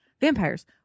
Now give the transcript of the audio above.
vampires